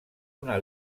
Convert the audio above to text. una